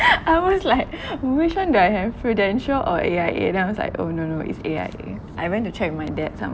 I was like which one do I have Prudential or A_I_A then I was like oh no no is A_I_A I went to check with my dad some~